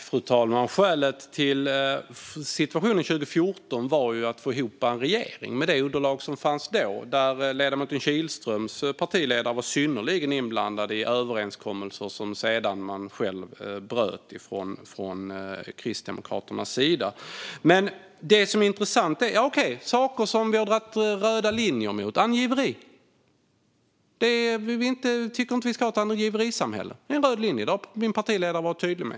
Fru talman! Skälet till situationen 2014 var ju att det gällde att få ihop en regering med det underlag som fanns då. Ledamoten Kihlströms partiledare var synnerligen inblandad i överenskommelser som man sedan bröt från Kristdemokraternas sida. Jag går vidare till saker som vi har dragit röda linjer mot. Angiveri är en sådan sak - vi vill inte ha ett angiverisamhälle. Detta är en röd linje, och det har min partiledare varit tydlig med.